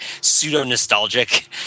pseudo-nostalgic